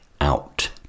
out